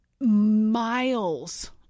miles